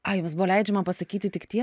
a jums buvo leidžiama pasakyti tik tie